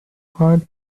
hard